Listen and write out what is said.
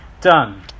done